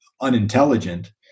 unintelligent